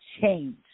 change